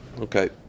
Okay